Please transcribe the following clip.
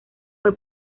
fue